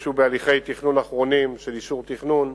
שהוא בהליכי תכנון אחרונים של אישור תכנון.